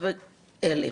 אלף.